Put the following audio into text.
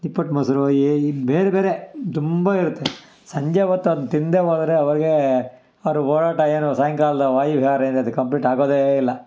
ನಿಪ್ಪಟ್ಟು ಮೊಸರು ಏ ಯಿ ಬೇರೆ ಬೇರೆ ತುಂಬ ಇರುತ್ತೆ ಸಂಜೆ ಹೊತ್ತು ಅದ್ನ ತಿನ್ನದೆ ಹೋದರೆ ಅವಗೆ ಅವರ ಓಡಾಟ ಏನು ಸಾಯಂಕಾಲದ ವಾಯುವಿಹಾರ ಏನಿದೆ ಕಂಪ್ಲೀಟ್ ಆಗೋದೇ ಇಲ್ಲ